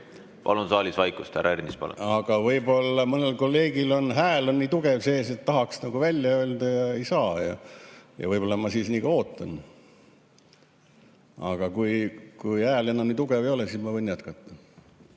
Palun saalis vaikust. Härra Ernits, palun! Aga võib-olla mõnel kolleegil on hääl nii tugev sees, et tahaks nagu välja öelda, aga ei saa. Võib-olla ma siis nii kaua ootan. Aga kui hääl enam nii tugev ei ole, siis ma võin jätkata. Asi